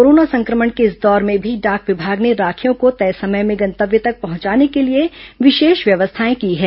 corona संक्रमण के इस दौर में भी डाक विभाग ने राखियों को तय समय में गंतव्य तक पहुंचाने के लिए विशेष व्यवस्थाएं की हैं